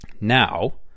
Now